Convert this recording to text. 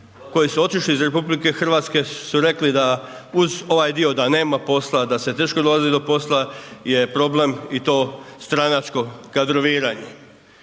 koji su otišli iz RH, su rekli, da uz ovaj dio, onda nema posla, da se teško dolazi do posla je problem i to stranačkog kadroviranja.